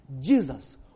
Jesus